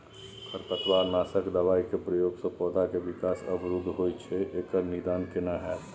खरपतवार नासक दबाय के प्रयोग स पौधा के विकास अवरुध होय छैय एकर निदान केना होतय?